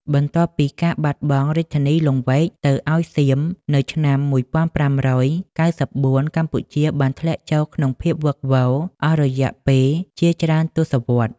បន្ទាប់ពីការបាត់បង់រាជធានីលង្វែកទៅឱ្យសៀមនៅឆ្នាំ ១៥៩៤ កម្ពុជាបានធ្លាក់ចូលក្នុងភាពវឹកវរអស់រយៈពេលជាច្រើនទសវត្សរ៍។